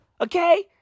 Okay